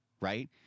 right